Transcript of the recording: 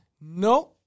No